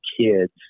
kids